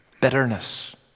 Bitterness